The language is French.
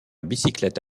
bicyclette